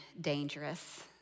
dangerous